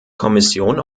kommission